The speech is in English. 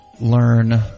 learn